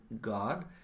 God